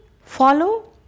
follow